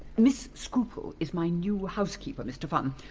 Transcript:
miss scruple is my new housekeeper, mr funn.